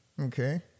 Okay